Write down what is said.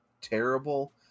terrible